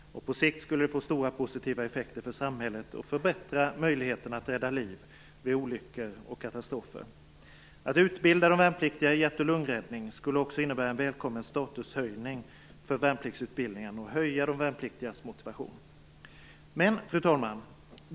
På sikt skulle det få stora positiva effekter för samhället, och förbättra möjligheterna att rädda liv vid olyckor och katastrofer. Att utbilda de värnpliktiga i hjärt och lungräddning skulle också innebära en välkommen statushöjning för värnpliktsutbildningen och höja de värnpliktigas motivation. Fru talman!